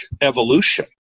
evolution